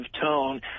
tone